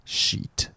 sheet